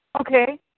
Okay